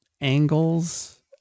angles